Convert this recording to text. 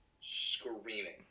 screaming